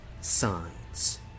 signs